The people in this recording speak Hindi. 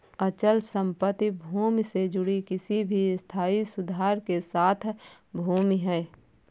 अचल संपत्ति भूमि से जुड़ी किसी भी स्थायी सुधार के साथ भूमि है